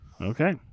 Okay